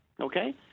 okay